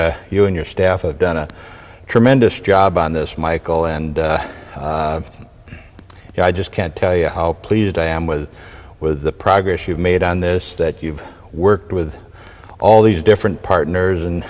think you and your staff have done a tremendous job on this michael and i just can't tell you how pleased i am with with the progress you've made on this that you've worked with all these different partners and